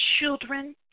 children